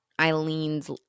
Eileen's